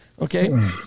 Okay